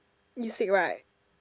you sick right